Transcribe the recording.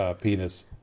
Penis